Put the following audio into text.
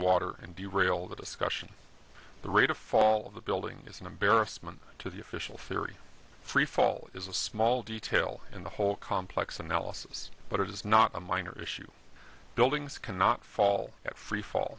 water and the rail the discussion the rate of fall of the building is an embarrassment to the official theory freefall is a small detail in the whole complex analysis but it is not a minor issue buildings cannot fall at freefall